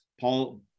Paul